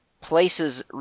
places